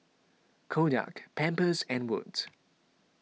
Kodak Pampers and Wood's